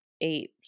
eight –